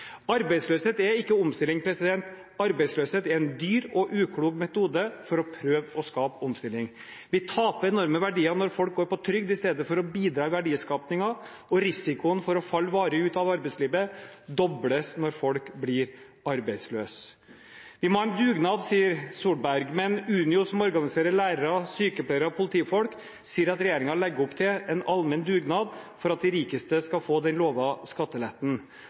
Arbeidsløshet er ikke omstilling. Arbeidsløshet er en dyr og uklok metode for å prøve å skape omstilling. Vi taper enorme verdier når folk går på trygd istedenfor å bidra til verdiskapingen, og risikoen for å falle varig ut av arbeidslivet dobles når folk blir arbeidsløse. Vi må ha en dugnad, sier Solberg, men Unio, som organiserer lærere, sykepleiere og politifolk, sier at regjeringen legger opp til en allmenn dugnad for at de rikeste skal få den lovte skatteletten.